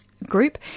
group